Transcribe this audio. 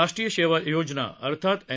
राष्ट्रीय सेवा योजना अर्थात एन